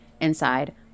inside